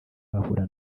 bahura